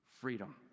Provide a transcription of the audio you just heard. freedom